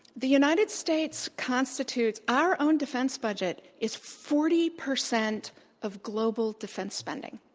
the united states constitutes our own defense budget is forty percent of global defense spending.